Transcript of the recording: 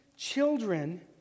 Children